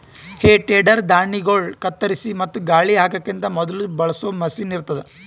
ಹೇ tedder ಧಾಣ್ಣಿಗೊಳ್ ಕತ್ತರಿಸಿ ಮತ್ತ ಗಾಳಿ ಹಾಕಕಿಂತ ಮೊದುಲ ಬಳಸೋ ಮಷೀನ್ ಇರ್ತದ್